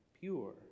pure